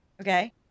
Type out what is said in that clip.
Okay